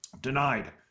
denied